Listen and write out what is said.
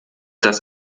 das